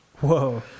Whoa